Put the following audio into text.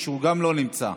הוא גם לא נמצא.